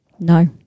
No